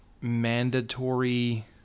mandatory